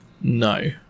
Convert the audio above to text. No